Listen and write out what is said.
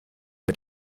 mit